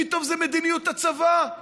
פתאום זאת מדיניות הצבא.